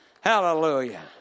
Hallelujah